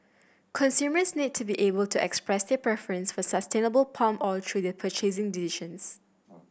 consumers need to be able to express their preference for sustainable palm oil through their purchasing decisions